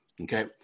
Okay